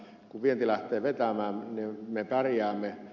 kun vienti lähtee vetämään niin me pärjäämme